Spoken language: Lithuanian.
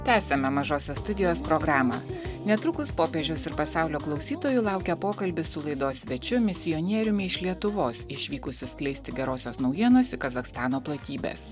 tęsiame mažosios studijos programą netrukus popiežiaus ir pasaulio klausytojų laukia pokalbis su laidos svečiu misionieriumi iš lietuvos išvykusiu skleisti gerosios naujienos į kazachstano platybes